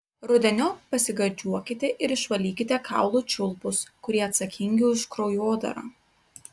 rudeniop pasigardžiuokite ir išvalykite kaulų čiulpus kurie atsakingi už kraujodarą